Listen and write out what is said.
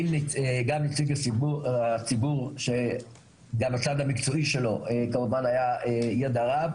גם נציג הציבור שגם הצד המקצועי שלו כמובן היה ידע רב,